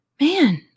man